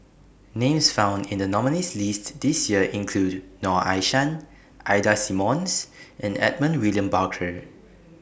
Names found in The nominees' list This Year include Noor Aishah Ida Simmons and Edmund William Barker